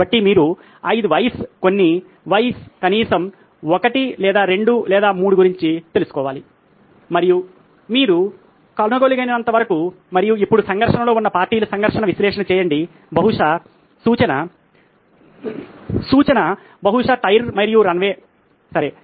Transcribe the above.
కాబట్టి మీరు 5 వైస్ కారణాలు కొన్ని వైస్ కనీసం 1 లేదా 2 లేదా 3 గురించి తెలుసుకోవాలి మరియు మీరు కనుగొనగలిగినంత వరకు మరియు ఇప్పుడు సంఘర్షణలో ఉన్న పార్టీల సంఘర్షణ విశ్లేషణ చేయండి బహుశా సూచనగా తెలుపడం బహుశా టైర్ మరియు రన్వే సరే